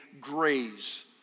graze